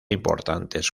importantes